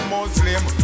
Muslim